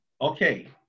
Okay